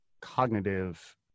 cognitive